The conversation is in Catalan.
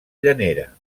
llanera